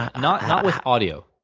not not with audio.